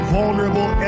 vulnerable